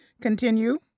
continue